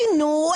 שינו,